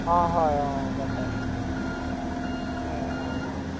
অঁ হয় অঁ গম পাইছোঁ